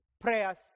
prayers